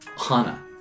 Hana